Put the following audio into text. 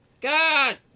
god